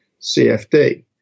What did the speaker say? CFD